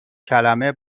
کلمه